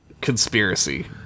conspiracy